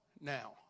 now